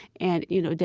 and, you know,